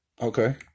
Okay